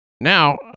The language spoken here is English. Now